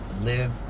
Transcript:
live